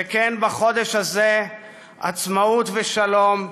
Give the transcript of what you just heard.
שכן בחודש הזה עצמאות ושלום,